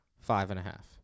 five-and-a-half